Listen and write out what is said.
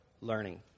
learning